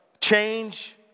change